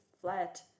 flat